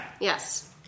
Yes